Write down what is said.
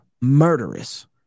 murderous